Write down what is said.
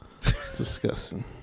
disgusting